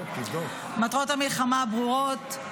מטרות המלחמה ברורות.